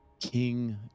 King